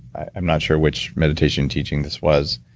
i'm not sure which meditation teaching this was,